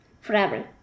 forever